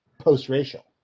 post-racial